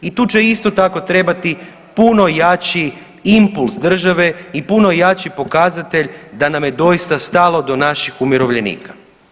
I tu će isto tako trebati puno jači impuls države i puno jači pokazatelj da nam je doista stalno do naših umirovljenika.